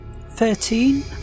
Thirteen